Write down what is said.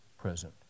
present